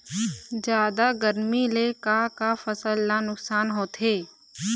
जादा गरमी ले का का फसल ला नुकसान होथे?